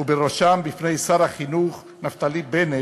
ובראשם בפני שר החינוך נפתלי בנט,